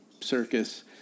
circus